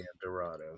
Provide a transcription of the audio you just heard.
dorado